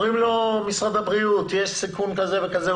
אומרים לו משרד הבריאות: יש סיכום כזה וכזה.